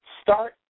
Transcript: Start